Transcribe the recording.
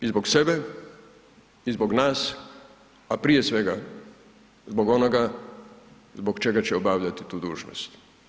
I zbog sebe i zbog nas, a prije svega zbog onoga zbog čega će obavljati tu dužnost.